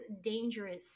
dangerous